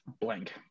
blank